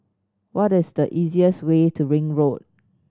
what is the easiest way to Ring Road